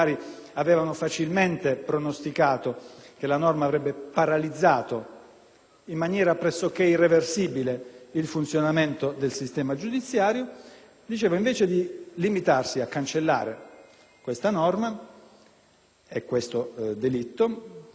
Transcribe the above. in maniera pressoché irreversibile il funzionamento del sistema giudiziario. Ebbene, invece di limitarsi a cancellare questa norma e questo delitto, si è trasformato l'articolo e la fattispecie in una contravvenzione